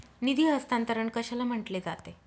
निधी हस्तांतरण कशाला म्हटले जाते?